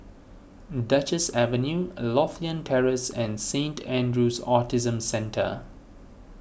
Duchess Avenue Lothian Terrace and Saint andrew's Autism Centre